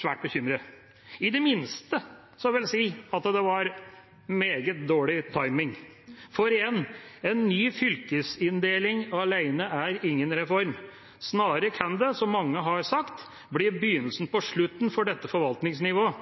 svært bekymret. I det minste vil jeg si at det var meget dårlig timing. For igjen: En ny fylkesinndeling alene er ingen reform. Snarere kan det, som mange har sagt, bli begynnelsen på slutten for dette forvaltningsnivået.